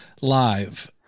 live